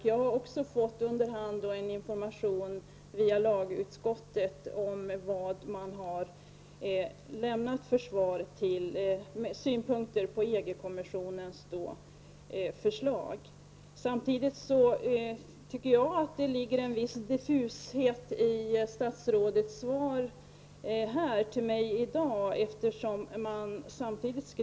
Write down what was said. Jag har under hand fått information via lagutskottet om vilka synpunkter man har lämnat på EG-kommissionens förslag. Men samtidigt tycker jag att statsrådets svar till mig i dag är något diffust.